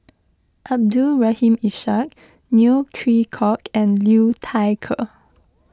Abdul Rahim Ishak Neo Chwee Kok and Liu Thai Ker